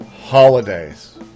holidays